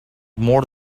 more